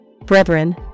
Brethren